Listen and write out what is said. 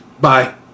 Bye